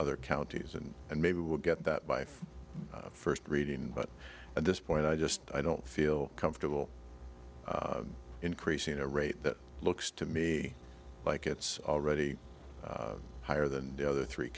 other counties and and maybe we'll get that by first reading but at this point i just i don't feel comfortable increasing a rate that looks to me like it's already higher than the other three